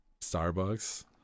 starbucks